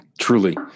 Truly